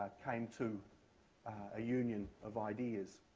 came to a union of ideas.